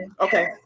Okay